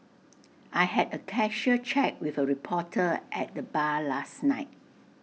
I had A casual chat with A reporter at the bar last night